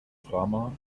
drama